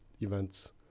events